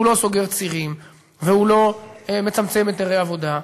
הוא לא סוגר צירים והוא לא מצמצם היתרי עבודה,